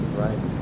right